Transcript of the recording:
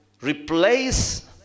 replace